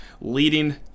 leading